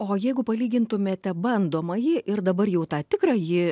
o jeigu palygintumėte bandomąjį ir dabar jau tą tikrąjį